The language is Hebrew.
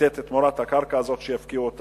לתת תמורת הקרקע הזאת שיפקיעו אותה,